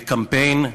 בקמפיין,